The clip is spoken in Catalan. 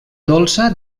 dolça